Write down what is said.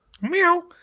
meow